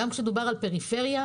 גם כשדיברו על פריפריה,